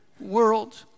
world